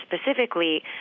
specifically